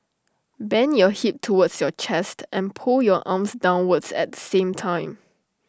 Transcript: bend your hip towards your chest and pull your arms downwards at the same time